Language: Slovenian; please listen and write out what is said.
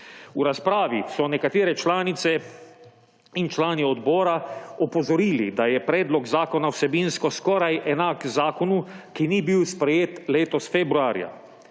V razpravi so nekatere članice in člani odbora opozorili, da je predlog zakona vsebinsko skoraj enak zakonu, ki ni bil sprejet letos februarja.